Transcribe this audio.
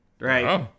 Right